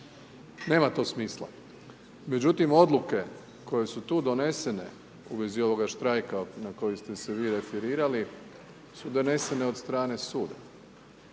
Nema to smisla. Međutim, odluke koje su tu donesene u vezi ovoga štrajka na koji ste se vi referirali su donesene od strane suda.